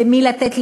למי לתת,